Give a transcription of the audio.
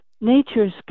nature's